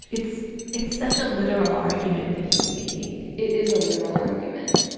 it's it's such a literal argument that he's making. it is a literal argument.